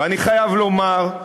ואני חייב לומר,